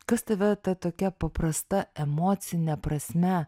kas tave ta tokia paprasta emocine prasme